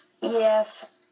Yes